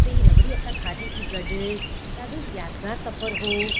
हुते ई रबड़ी असां खाधी सीं गॾु ॾाढो यादिगारु सफ़रु हुओ